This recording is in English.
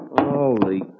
Holy